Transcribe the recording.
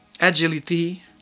agility